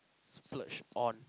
splurge on